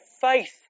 faith